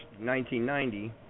1990